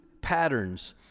patterns